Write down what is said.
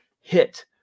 hit